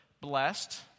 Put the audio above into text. Blessed